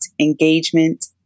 engagement